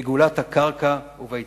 בגאולת הקרקע ובהתיישבות.